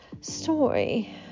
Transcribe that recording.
story